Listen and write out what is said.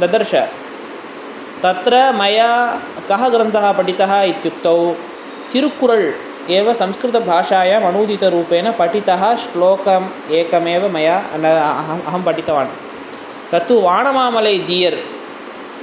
ददर्श तत्र मया कः ग्रन्थः पठितः इत्युक्तौ तिरुकुरळ् एव संस्कृतभाषायाम् अनूदितरूपेण पठितः श्लोकम् एकमेव मया अहं पठितवान् तत्तु वाणमामलै जीयर्